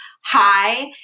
hi